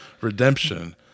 redemption